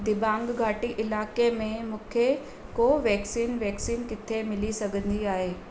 दिबांग घाटी इलाइक़े में मूंखे कोवैक्सीन वैक्सीन किथे मिली सघंदी आहे